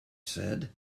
said